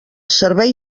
servei